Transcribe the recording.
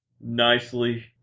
Nicely